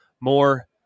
more